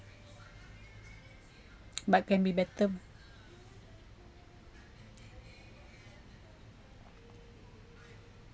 but can be better